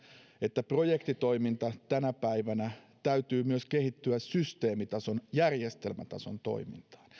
että projektitoiminnan tänä päivänä täytyy kytkeytyä myös systeemitason järjestelmätason toimintaan